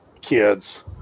kids